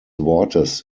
wortes